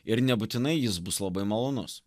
ir nebūtinai jis bus labai malonus